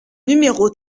numéro